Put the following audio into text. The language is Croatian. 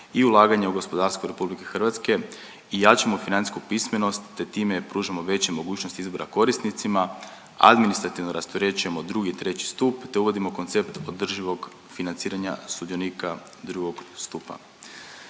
i ulaganje u gospodarstvo RH i jačamo financijsku pismenost, te time pružamo veće mogućnosti izbora korisnicima, administrativno rasterećujemo II. III. stup, te uvodimo koncept održivog financiranja sudionika II. stupa.